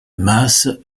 masse